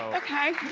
okay.